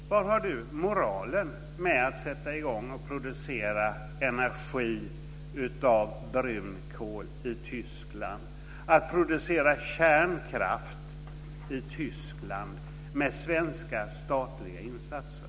Fru talman! Var finns moralen med att sätta i gång och producera energi av brunkol i Tyskland, att producera kärnkraft i Tyskland med svenska statliga insatser?